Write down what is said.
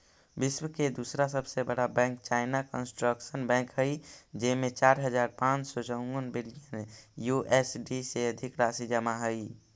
विश्व के दूसरा सबसे बड़ा बैंक चाइना कंस्ट्रक्शन बैंक हइ जेमें चार हज़ार पाँच सौ चउवन बिलियन यू.एस.डी से अधिक राशि जमा हइ